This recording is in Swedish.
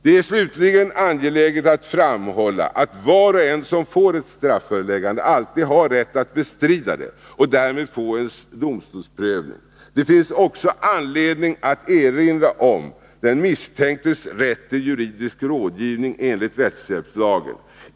Det är slutligen angeläget att framhålla att var och en som får ett strafföreläggande alltid har rätt att bestrida det och därmed få en domstolsprövning. Det finns också anledning att erinra om den misstänktes rätt till juridisk rådgivning enligt rättshjälpslagen.